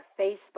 Facebook